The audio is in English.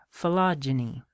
phylogeny